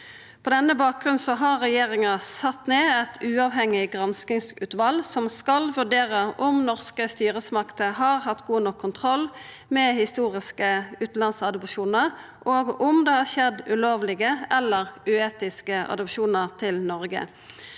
På denne bakgrunnen har regjeringa sett ned eit uavhengig granskingsutval som skal vurdera om norske styresmakter har hatt god nok kontroll med historiske utanlandsadopsjonar, og om det har skjedd ulovlege eller uetiske adopsjonar til Noreg.